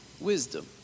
wisdom